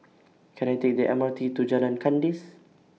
Can I Take The M R T to Jalan Kandis